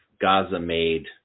Gaza-made